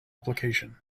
application